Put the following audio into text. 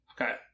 Okay